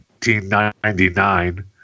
1999